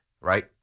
right